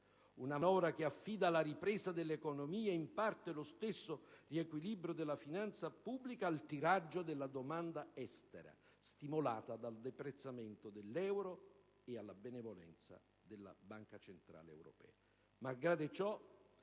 Una manovra che affida la ripresa dell'economia e in parte lo stesso riequilibrio della finanza pubblica al tiraggio della domanda estera, stimolata dal deprezzamento dell'euro, e alla benevolenza della Banca centrale europea.